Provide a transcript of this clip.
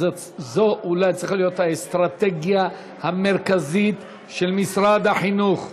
זו אולי צריכה להיות האסטרטגיה המרכזית של משרד החינוך.